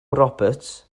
roberts